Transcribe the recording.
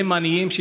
שהם עניים,